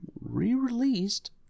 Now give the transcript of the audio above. re-released